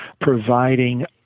providing